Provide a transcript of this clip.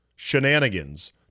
shenanigans